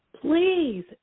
Please